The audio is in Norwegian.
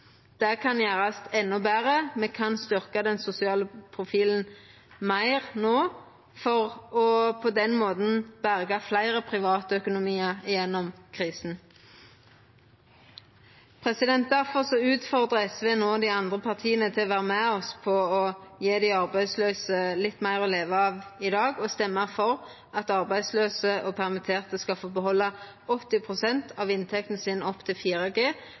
Det kan gjerast endå betre. Me kan styrkja den sosiale profilen meir no, for på den måten å berga fleire privatøkonomiar gjennom krisa. Difor utfordrar SV no dei andre partia til å vera med oss på å gje dei arbeidslause litt meir å leva av i dag, og stemma for at arbeidslause og permitterte skal få behalda 80 pst. av